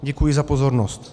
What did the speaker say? Děkuji za pozornost.